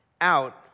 out